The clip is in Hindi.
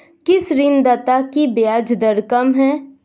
किस ऋणदाता की ब्याज दर कम है?